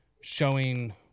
showing